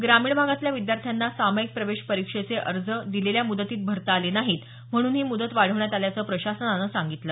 ग्रामीण भागातल्या विद्यार्थ्यांना सामाईक प्रवेश परिक्षेचे अर्ज दिलेल्या मुदतीत भरता आले नाहीत म्हणून ही मुदत वाढवण्यात आल्याचं प्रशासनानं सांगितलं